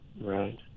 right